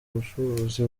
bacuruzi